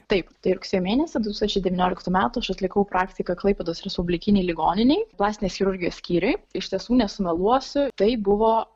taip tai rugsėjo mėnesį du tūkstančiai devyniolikų metų aš atlikau praktiką klaipėdos respublikinėj ligoninėj plastinės chirurgijos skyriuj iš tiesų nesumeluosiu tai buvo